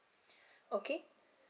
okay